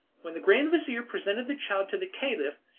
when the grand-vizir presented the child to the caliph,